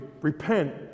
repent